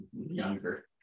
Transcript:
younger